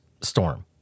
storm